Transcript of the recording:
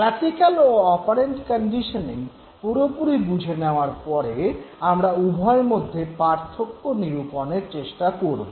classical ও operant conditioning পুরোপুরি বুঝে নেওয়ার পরে আমরা উভয়ের মধ্যে পার্থক্য নিরূপণের চেষ্টা করব